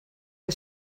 que